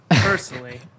personally